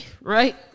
right